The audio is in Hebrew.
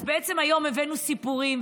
אז בעצם היום הבאנו סיפורים,